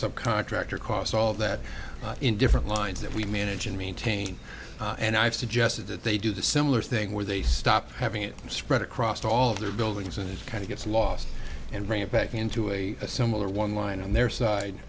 subcontractor costs all of that in different lines that we manage and maintain and i've suggested that they do the similar thing where they stop having it spread across all of their buildings and it's kind of gets lost and bring it back into a similar one line on their side